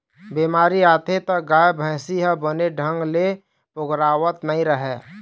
बेमारी आथे त गाय, भइसी ह बने ढंग ले पोगरावत नइ रहय